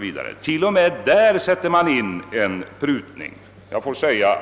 Men till och med där sättes nu in en prutning.